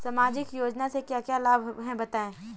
सामाजिक योजना से क्या क्या लाभ हैं बताएँ?